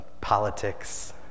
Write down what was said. politics